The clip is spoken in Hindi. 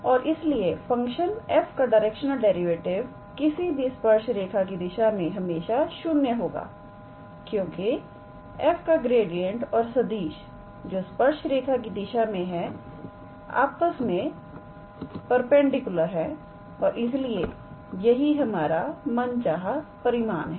और इसलिए फंक्शन f का डायरेक्शनल डेरिवेटिव किसी भी स्पर्श रेखा की दिशा में हमेशा 0 होगा क्योंकि f का ग्रेडिएंट और सदिश जो स्पर्श रेखा की दिशा में है आपस में परपेंडिकुलर हैं और इसलिए यही हमारा मन चाहा परिणाम है